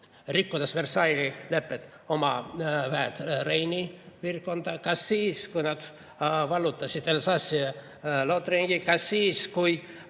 rikkudes Versailles' lepet, oma väed Reini piirkonda? Kas siis, kui nad vallutasid Elsassi ja Lotringi? Kas siis, kui